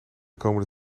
komende